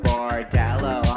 Bordello